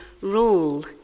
Rule